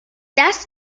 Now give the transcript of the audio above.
das